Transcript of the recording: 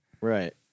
Right